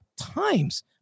times